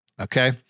Okay